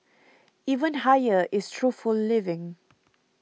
even higher is truthful living